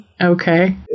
Okay